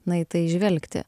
na į tai žvelgti